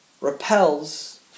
repels